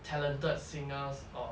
talented singers or